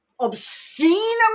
obscene